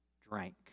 drank